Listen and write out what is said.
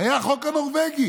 היה החוק הנורבגי.